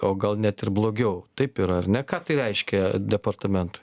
o gal net ir blogiau taip ir ar ne ką tai reiškia departamentui